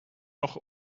noch